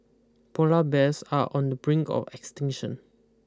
polar bears are on the brink of extinction